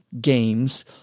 games